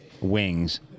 wings